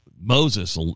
Moses